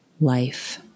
life